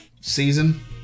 Season